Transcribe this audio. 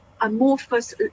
amorphous